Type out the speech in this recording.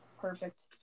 Perfect